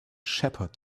shepherd